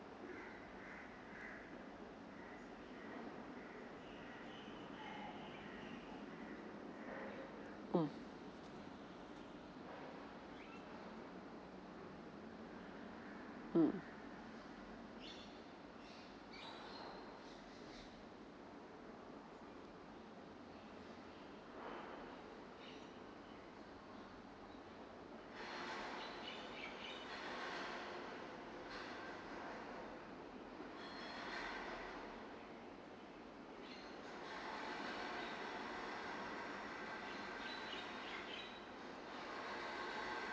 mm mm